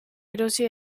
erosi